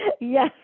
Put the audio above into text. Yes